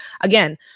again